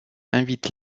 invite